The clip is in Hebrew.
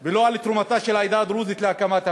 ולא על תרומתה של העדה הדרוזית להקמת המדינה.